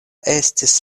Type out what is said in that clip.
estis